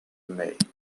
maid